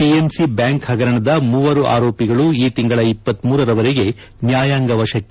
PMC bank ಪಗರಣದ ಮೂವರು ಆರೋಪಿಗಳು ಈ ತಿಂಗಳ ಭರವರೆಗೆ ನ್ಲಾಯಾಂಗ ವಶಕ್ಕೆ